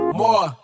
more